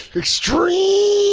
extreme!